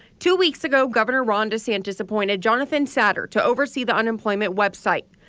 two weeks ago governor ron desantis appointed jonathan satter to oversee the unemployment website.